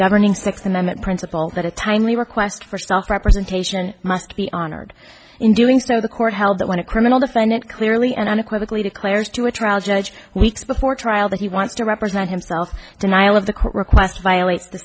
governing sixth amendment principle that a timely request for self representation must be honored in doing so the court held that when a criminal defendant clearly and unequivocally declares to a trial judge weeks before trial that he wants to represent himself denial of the court request violates the